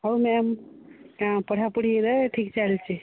ହଉ ମ୍ୟାଡ଼ମ୍ କାଣା ପଢ଼ାପଢ଼ିରେ ଠିକ୍ ଚାଲିଛି